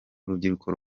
urubyiruko